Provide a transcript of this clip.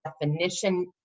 definition